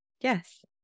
Yes